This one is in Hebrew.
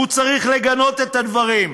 הוא צריך לגנות את הדברים,